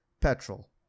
petrol